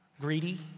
greedy